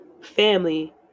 family